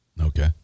Okay